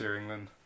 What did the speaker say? England